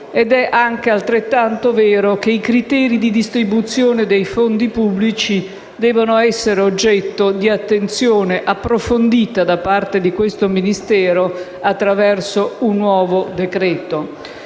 È anche altrettanto vero che i criteri di distribuzione dei fondi pubblici devono essere oggetto di attenzione approfondita da parte di questo Ministero attraverso un nuovo decreto.